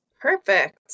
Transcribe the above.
Perfect